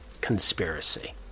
conspiracy